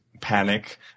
panic